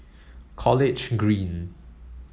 College Green